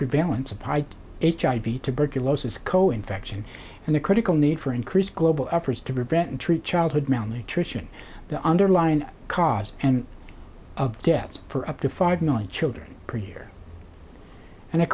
preval and supplied hiv tuberculosis co infection and the critical need for increased global efforts to prevent and treat childhood malnutrition the underlying causes and of deaths for up to five million children per year and a